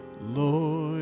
Lord